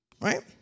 Right